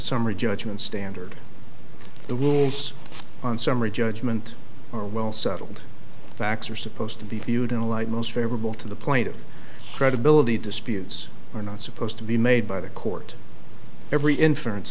summary judgment standard the rules on summary judgment are well settled facts are supposed to be viewed in the light most favorable to the plaintiff credibility disputes are not supposed to be made by the court every inference